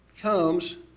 comes